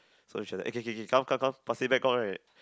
so she's like okay okay okay come come come plastic bag out right